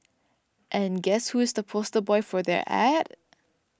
and guess who is the poster boy for their ad